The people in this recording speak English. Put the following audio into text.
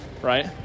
right